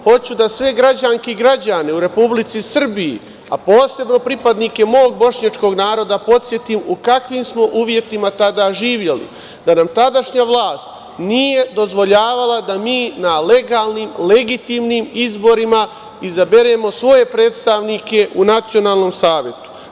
Hoću da sve građanke i građani u Republici Srbiji, a posebno pripadnike mog bošnjačkog naroda podsetim u kakvim smo uslovima tada živeli, da nam tadašnja vlast nije dozvoljavala da mi na legalnim, legitimnim izborima izaberemo svoje predstavnike u nacionalnom savetu.